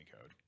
code